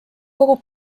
kogu